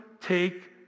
take